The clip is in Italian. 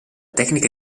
tecnica